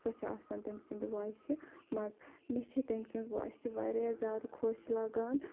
سۄ چھِ آسان تٔمۍ سِنٛدِ ووٚیسہِ مَنٛز مےٚ چھِ تٔمۍ سٕنٛز ووٚیِس تہِ واریاہ زیادٕ خۄش لَگان